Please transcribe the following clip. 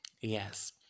yes